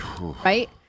Right